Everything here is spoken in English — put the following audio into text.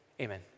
Amen